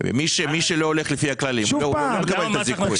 מי שלא הולך לפי הכלליים הוא לא מקבל את הזיכוי,